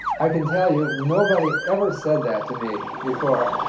i can tell you nobody ever said that to me before.